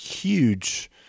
Huge